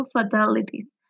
fatalities